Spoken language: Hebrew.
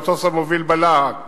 המטוס המוביל בלהק